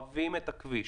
שאוהבים את הכביש,